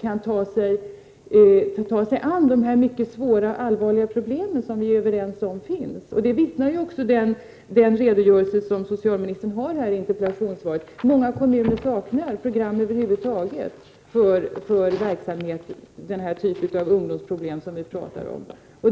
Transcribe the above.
kan ta sig an de mycket svåra och allvarliga problem som vi är överens om finns. Det vittnar också socialministerns redogörelse i interpellationssvaret om. Många kommuner saknar program över huvud taget för verksamhet med den typ av ungdomsproblem som vi pratar om.